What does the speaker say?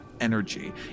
energy